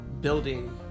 Building